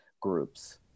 groups